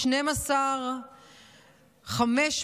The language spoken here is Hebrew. הלוחמים שנמצאים עכשיו בכל הזירות כמובן נחזק,